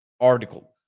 article